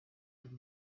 would